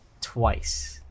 twice